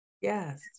Yes